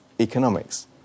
economics